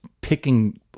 picking